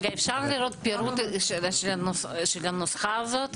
אפשר לראות פירוט של הנוסחה הזאת?